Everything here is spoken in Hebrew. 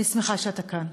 אני שמחה שאתה כאן.